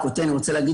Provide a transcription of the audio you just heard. אני נבחרתי